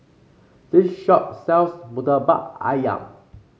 this shop sells murtabak ayam